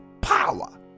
power